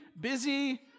busy